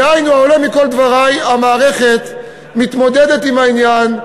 דהיינו, עולה מכל דברי שהמערכת מתמודדת עם העניין,